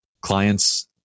clients